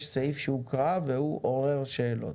יש סעיף שהוקרא והוא עורר שאלות.